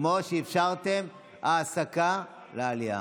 כמו שאפשרתם העסקה לעלייה.